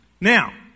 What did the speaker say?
Now